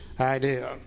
idea